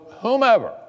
whomever